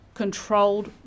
controlled